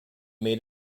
made